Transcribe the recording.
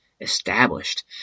established